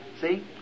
see